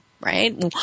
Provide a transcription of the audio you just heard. right